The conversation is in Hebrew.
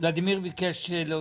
ולדימיר ביקש להוסיף.